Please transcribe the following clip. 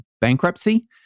bankruptcy